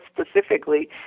specifically